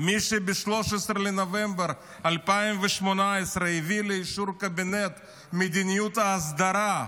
מי שב-13 בנובמבר 2018 הביא לאישור קבינט את מדיניות ההסדרה,